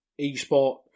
eSport